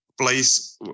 place